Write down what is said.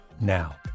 now